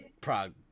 Prague